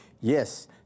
Yes